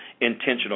intentional